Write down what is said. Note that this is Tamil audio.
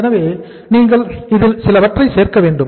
எனவே நீங்கள் இதில் சிலவற்றை சேர்க்க வேண்டும்